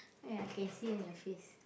ah ya I can see on your face